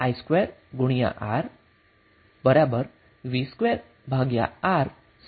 તો તે p i2R v2R સંબંધને અનુસરશે